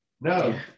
no